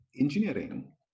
engineering